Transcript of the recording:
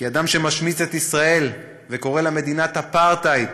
כי אדם שמשמיץ את ישראל וקורא לה מדינת אפרטהייד,